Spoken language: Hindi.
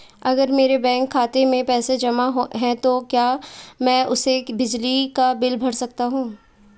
अगर मेरे बैंक खाते में पैसे जमा है तो क्या मैं उसे बिजली का बिल भर सकता हूं?